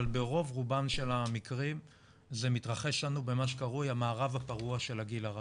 אבל ברוב רובם של המקרים זה מתרחש במה שקרוי 'המערב הפרוע של הגיל הרך'.